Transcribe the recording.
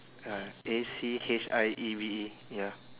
ya A C H I E V E ya